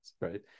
right